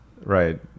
Right